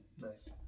Nice